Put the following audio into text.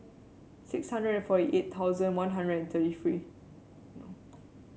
six hundred and forty eight thousand One Hundred and thirty one